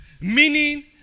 Meaning